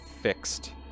fixed